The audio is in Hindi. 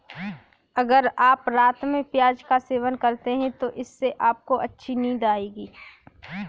अगर आप रात में प्याज का सेवन करते हैं तो इससे आपको अच्छी नींद आएगी